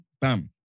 Bam